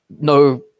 no